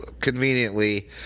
conveniently